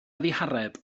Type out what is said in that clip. ddihareb